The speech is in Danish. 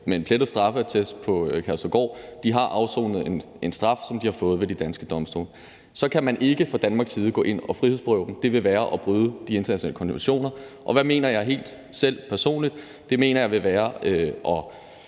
med en plettet straffeattest – der sidder på Kærshovedgård, har afsonet en straf, som de har fået ved de danske domstole. Så kan man ikke fra Danmarks side gå ind at frihedsberøve dem; det ville være at bryde de internationale konventioner. Hvad mener jeg helt selv, personligt? Jeg mener, at det ville være at